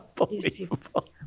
unbelievable